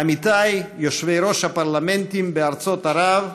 עמיתיי יושבי-ראש הפרלמנטים בארצות ערב,